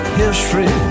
history